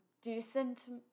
decent